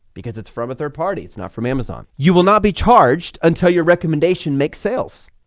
because it's from a third party, it's not from amazon, you will not be charged until your recommendation makes sales.